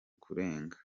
kurenga